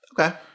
Okay